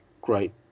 great